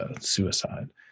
suicide